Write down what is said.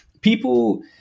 people